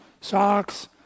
socks